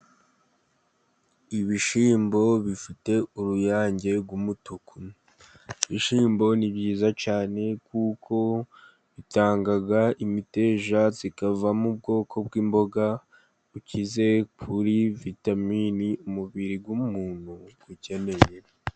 Ibishyimbo bifite uruyange rw'umutuku. Ibishyimbo ni byiza cyane, kuko bitanga imiteja ikavamo ubwoko bw'imboga bukize kuri vitamini, umubiri w'umuntu ukeneye.